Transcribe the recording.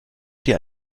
dir